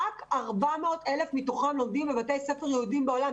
רק 400,000 מתוכם לומדים בבתי ספר יהודיים בעולם.